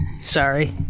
sorry